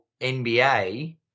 NBA